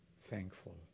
thankful